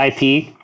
IP